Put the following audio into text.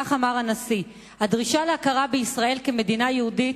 כך אמר הנשיא: "הדרישה להכרה בישראל כמדינה יהודית